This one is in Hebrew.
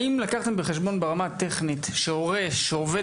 האם לקחתם בחשבון ברמה הטכנית שהורה שעובד